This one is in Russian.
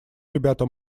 ребята